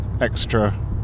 extra